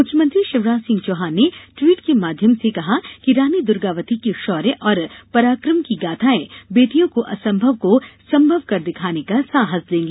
मुख्यमंत्री शिवराज सिंह चौहान ने ट्वीट के माध्यम से कहा कि रानी दुर्गावती की शौर्य और पराक्रम की गाथाएं बेटियों को असंभव को संभव कर दिखाने का साहस देंगी